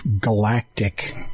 galactic